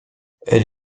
elle